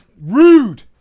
Rude